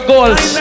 Goals